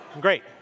Great